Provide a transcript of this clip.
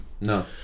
no